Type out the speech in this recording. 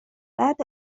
بعد